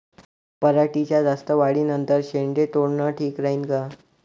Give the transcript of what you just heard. पराटीच्या जास्त वाढी नंतर शेंडे तोडनं ठीक राहीन का?